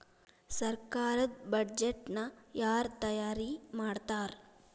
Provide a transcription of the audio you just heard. ಸರ್ಕಾರದ್ ಬಡ್ಜೆಟ್ ನ ಯಾರ್ ತಯಾರಿ ಮಾಡ್ತಾರ್?